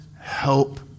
help